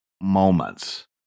moments